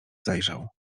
zajrzał